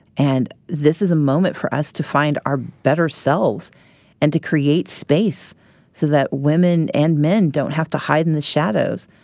and this is a moment for us to find our better selves and to create space so that women and men don't have to hide in the shadows.